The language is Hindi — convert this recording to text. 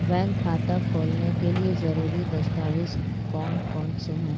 बैंक खाता खोलने के लिए ज़रूरी दस्तावेज़ कौन कौनसे हैं?